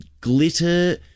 glitter